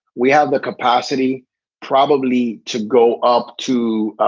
we have the capacity probably to go up to